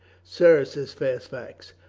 sir, says fairfax,